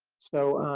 so,